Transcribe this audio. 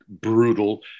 brutal